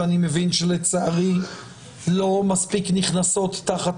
שאני מבין שלצערי לא מספיק נכנסות תחת